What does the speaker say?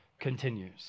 continues